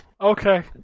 Okay